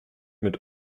mit